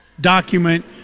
document